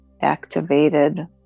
activated